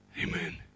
Amen